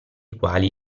quali